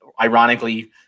ironically